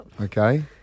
Okay